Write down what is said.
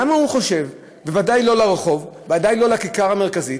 בוודאי לא לרחוב וודאי לכיכר המרכזית,